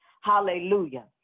Hallelujah